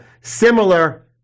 similar